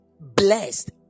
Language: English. blessed